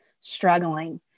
struggling